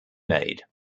made